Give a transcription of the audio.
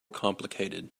complicated